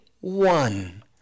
one